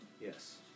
Yes